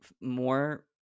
more